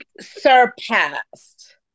Surpassed